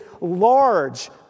large